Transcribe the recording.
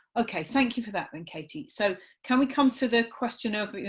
ok thank you for that then katie. so can we come to the question of